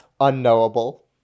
Unknowable